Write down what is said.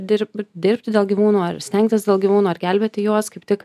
dirb dirbti dėl gyvūnų ar stengtis dėl gyvūnų ar gelbėti juos kaip tik